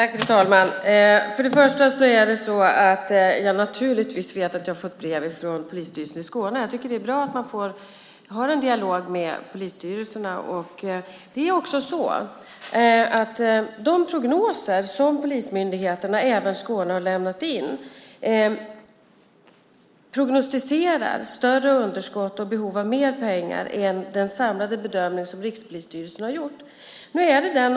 Fru talman! Först och främst vet jag naturligtvis att jag har fått brev från Polismyndigheten i Skåne. Det är bra att man har en dialog med polisstyrelserna. De prognoser som polismyndigheterna och även den i Skåne har lämnat in prognostiserar större underskott och behov av mer pengar än den samlade bedömning som Rikspolisstyrelsen gjort.